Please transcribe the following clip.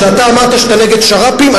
כשאתה אמרת שאתה נגד שר"פים,